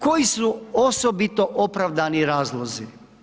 Koji su osobito opravdani razlozi?